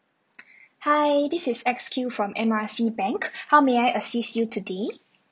hi this is X Q from M R C bank how may I assist you today